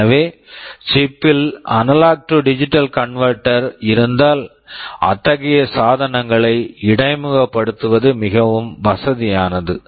எனவே சிப்chip பில் analog to digital converter analog to digital converter இருந்தால் அத்தகைய சாதனங்களை இடைமுகப்படுத்துவது மிகவும் வசதியானது